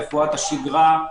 רפואת השגרה.